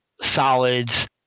solids